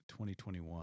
2021